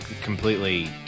completely